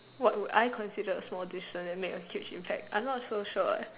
what would I consider a small decision that made a huge impact I'm not so sure what